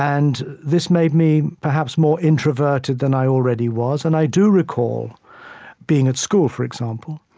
and this made me, perhaps, more introverted than i already was. and i do recall being at school, for example,